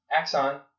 axon